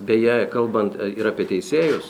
beje kalbant ir apie teisėjus